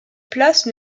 places